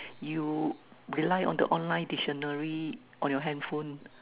you rely on the online dictionary on your handphone